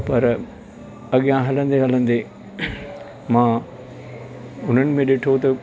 पर अॻियां हलंदे हलंदे मां उन्हनि में ॾिठो त